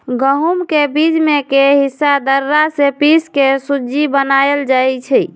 गहुम के बीच में के हिस्सा दर्रा से पिसके सुज्ज़ी बनाएल जाइ छइ